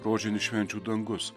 rožinis švenčių dangus